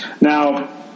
Now